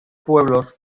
pueblos